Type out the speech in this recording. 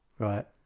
Right